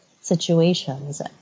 situations